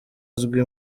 azwi